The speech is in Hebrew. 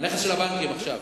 הנכס של הבנקים עכשיו.